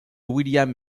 william